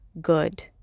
good